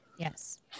Yes